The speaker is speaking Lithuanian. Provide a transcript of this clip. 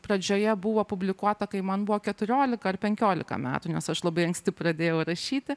pradžioje buvo publikuota kai man buvo keturiolika ar penkiolika metų nes aš labai anksti pradėjau rašyti